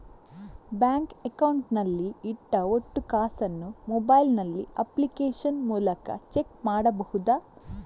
Bank account ನಲ್ಲಿ ಇಟ್ಟ ಒಟ್ಟು ಕಾಸನ್ನು ಮೊಬೈಲ್ ನಲ್ಲಿ ಅಪ್ಲಿಕೇಶನ್ ಮೂಲಕ ಚೆಕ್ ಮಾಡಬಹುದಾ?